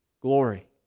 Glory